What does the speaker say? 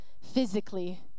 physically